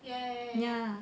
ya